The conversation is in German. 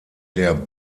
der